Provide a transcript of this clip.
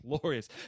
glorious